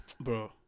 Bro